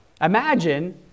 imagine